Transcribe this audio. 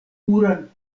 puran